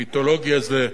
המיתולוגיה זה,